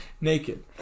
Naked